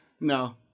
no